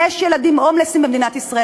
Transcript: יש ילדים הומלסים במדינת ישראל.